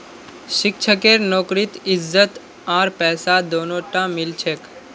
शिक्षकेर नौकरीत इज्जत आर पैसा दोनोटा मिल छेक